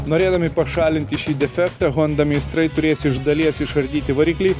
norėdami pašalinti šį defektą honda meistrai turės iš dalies išardyti variklį